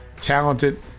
talented